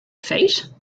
feet